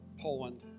Poland